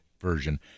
version